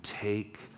take